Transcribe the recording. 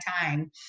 time